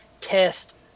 test